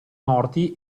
morti